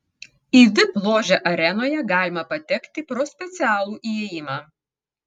į vip ložę arenoje galima patekti pro specialų įėjimą